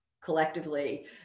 collectively